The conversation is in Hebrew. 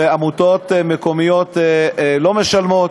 ועמותות מקומיות לא משלמות.